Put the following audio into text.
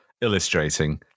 illustrating